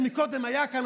שקודם היה כאן,